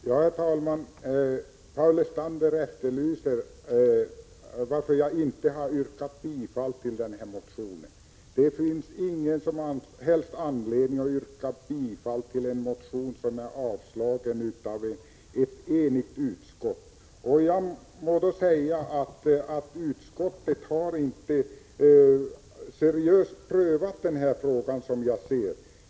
Herr talman! Paul Lestander efterlyser en förklaring till att jag inte har yrkat bifall till min motion. Det finns ingen som helst anledning att yrka bifall till en motion som har avstyrkts av ett enigt utskott. Jag må då säga att utskottet inte har prövat frågan seriöst.